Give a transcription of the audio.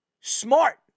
smart